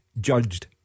judged